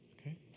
Okay